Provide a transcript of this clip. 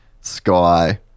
sky